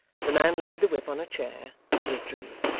the man laid the whip on a chair, and withdrew.